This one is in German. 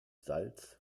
salz